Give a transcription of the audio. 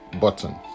button